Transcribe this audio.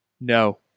No